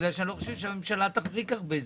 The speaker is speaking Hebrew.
כי אני לא חושב שהממשלה תחזיק הרבה זמן.